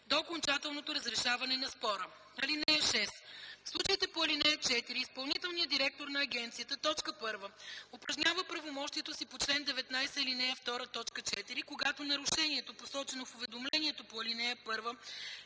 до окончателното разрешаване на спора. (6) В случаите по ал. 4 изпълнителният директор на агенцията: 1. упражнява правомощието си по чл. 19, ал. 2, т. 4, когато нарушението, посочено в уведомлението по ал. 1,